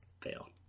Fail